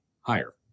higher